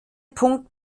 punkt